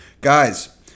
Guys